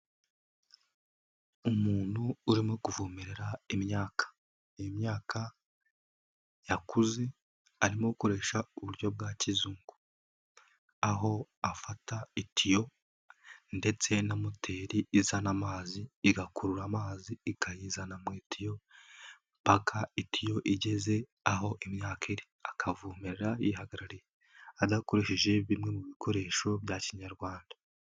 Umuntu urimo kuvomerera imyaka. Iyi myaka yakuze arimo gukoresha uburyo bwa kizungu, aho afata itiyo ndetse na moteri izana amazi igakurura amazi ikayizana mu itiyo mpaka itiyo igeze aho imyaka iri akavomerera yihagarariye adakoresheje bimwe mu bikoresho bya kinyarwanda.